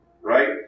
right